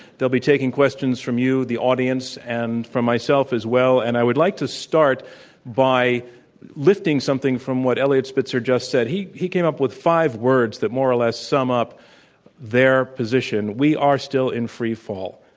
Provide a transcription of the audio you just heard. they'll be taking questions from you, the audience, and from myself as well. and i would like to start by lifting something from what eliot spitzer just said. he he came up with five words that more or less sum up their position we are still in free fall.